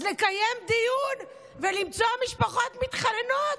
אז לקיים דיון ולמצוא משפחות מתחננות,